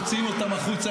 מוציאים אותם החוצה,